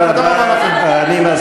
תודה רבה לכם.